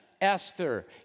Esther